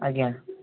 ଆଜ୍ଞା